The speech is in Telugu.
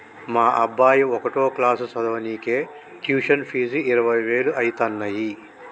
మా అబ్బాయి ఒకటో క్లాసు చదవనీకే ట్యుషన్ ఫీజు ఇరవై వేలు అయితన్నయ్యి